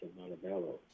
Montebello